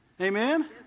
Amen